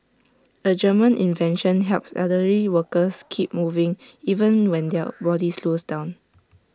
A German invention helps elderly workers keep moving even when their body slows down